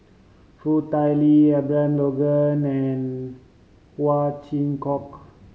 Foo Tui Liew Abraham Logan and Ow Chin Hock